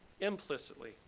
implicitly